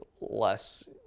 less